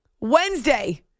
Wednesday